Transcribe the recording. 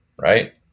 right